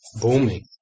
booming